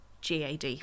GAD